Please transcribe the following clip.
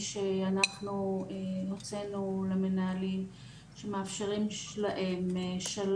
שלנו וגם במתווים ששלחנו והמנהלים עושים בהם שימוש.